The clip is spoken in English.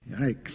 Yikes